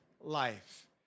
life